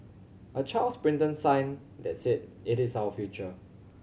a child's printed sign that said it is our future